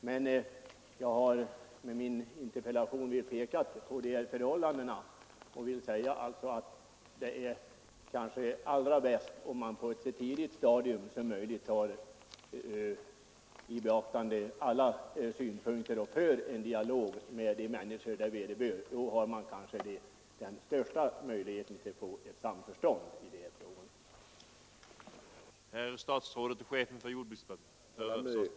Men jag har med min interpellation velat peka på dessa förhållanden, och jag vill alltså framhålla att det är kanske allra bäst om man på ett så tidigt stadium som möjligt tar i beaktande alla synpunkter och för en dialog med de människor det vederbör. Då har man väl den största möjligheten att få ett samförstånd i de här frågorna.